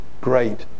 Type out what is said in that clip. great